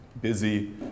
busy